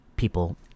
people